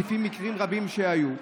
כמו במקרים רבים שהיו.